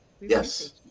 Yes